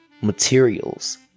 materials